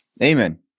Amen